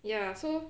ya so